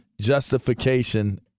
justification